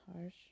harsh